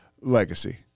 Legacy